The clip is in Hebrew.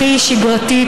הכי שגרתית,